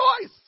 choice